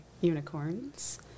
unicorns